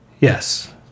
Yes